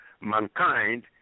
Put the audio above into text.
mankind